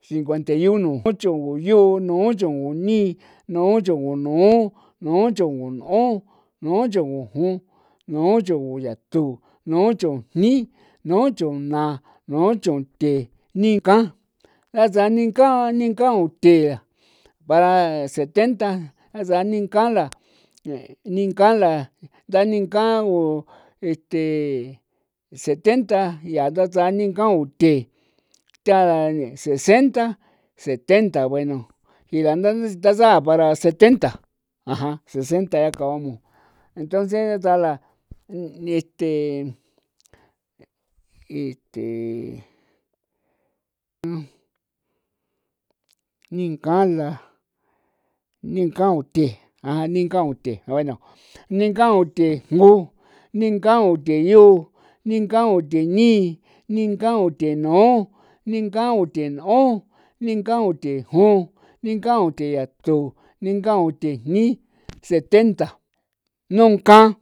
cincuenta y uno, nucho guyu, nucho guni, nucho gunu, nucho gun'on, nucho gujon, nucho guyatu, nucho jni, nucho na, nucho the, ninka, ndatsa ninka ninkau the, para setenta a sa ninka la, ninka la, nda ninka o este setenta ya ndatsa ninkau the, tara sesenta setenta bueno irandaa nda tasa para setenta aja sesenta ya acabamos entonces este este ninka la, ninkau the aja ninkau the a bueno ninkau the jngu, ninkau the yu, ninkau the ni, ninkau the nu, ninkau the n'on, ninkau the jon, ninkau the yatu, ninkau the jni, setenta nunkan.